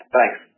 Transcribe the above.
Thanks